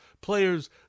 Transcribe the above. players